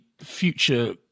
future